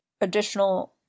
additional